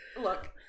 look